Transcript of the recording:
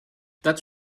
that’s